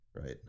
Right